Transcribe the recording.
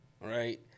right